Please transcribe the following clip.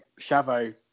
Chavo